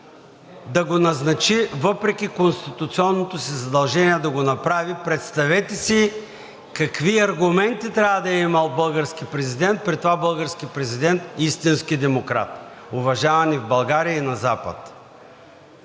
да го назначи въпреки конституционното си задължение да го направи. Представете си какви аргументи трябва да е имал български президент, при това български президент, истински демократ, уважаван и в България, и на Запад.